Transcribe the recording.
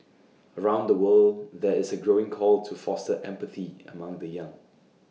around the world there is A growing call to foster empathy among the young